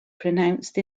pronounced